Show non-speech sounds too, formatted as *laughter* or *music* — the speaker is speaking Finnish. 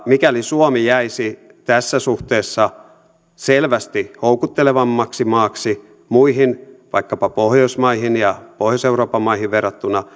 mikäli suomi jäisi tässä suhteessa selvästi houkuttelevammaksi maaksi muihin vaikkapa pohjoismaihin ja pohjois euroopan maihin verrattuna *unintelligible*